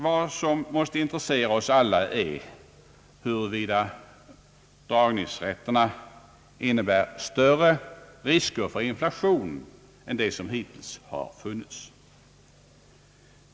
Vad som måste intressera oss alla är huruvida dragningsrätterna innebär större risker för inflation än dem som hittills har funnits.